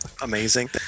amazing